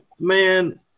man